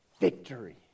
Victory